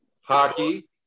Hockey